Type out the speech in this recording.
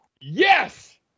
Yes